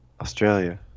Australia